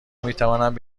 میتوانند